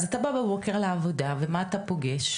אז אתה בא בבוקר לעבודה ומה אתה פוגש?